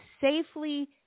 safely